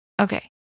Okay